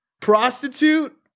Prostitute